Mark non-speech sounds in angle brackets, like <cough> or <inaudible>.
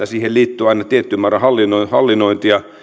<unintelligible> siihen liittyy aina tietty määrä hallinnointia